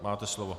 Máte slovo.